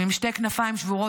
הם עם שתי כנפיים שבורות,